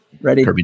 ready